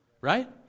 right